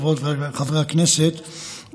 חברות וחברי הכנסת,